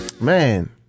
Man